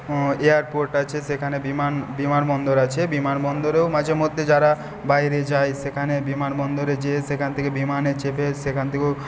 airport আছে সেখানে বিমান বিমান বন্দর আছে বিমান বন্দরেও মাঝে মধ্যে যারা বাইরে যায় সেখানে বিমান বন্দরে যেয়ে সেখানে থেকে বিমানে চেপে সেখান থেকেও